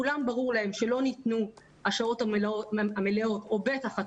כולם ברור להם שלא ניתנו השעות המלאות או בטח התוספת,